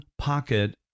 pocket